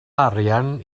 arian